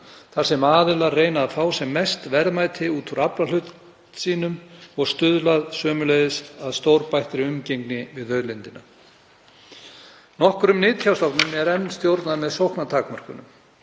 þar sem aðilar reyna að fá sem mest verðmæti úr aflahlut sínum og stuðlað að stórbættri umgengni um auðlindina. Veiðum í nokkrum nytjastofnum er enn stjórnað með sóknartakmörkunum.